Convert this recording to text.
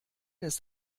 ist